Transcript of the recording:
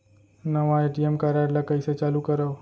नवा ATM card ल कइसे चालू करव?